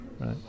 right